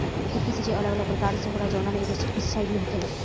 खेत के सिचाई अलग अलग प्रकार से होला जवना में एगो सूक्ष्म सिंचाई भी होखेला